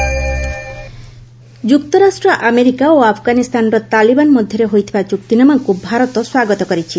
India Afghanistan ଯୁକ୍ତରାଷ୍ଟ୍ର America ଓ ଆଫଗାନିସ୍ତାନର ତାଲିବାନ ମଧ୍ୟରେ ହୋଇଥିବା ଚୁକ୍ତିନାମାକୁ ଭାରତ ସ୍ୱାଗତ କରିଛି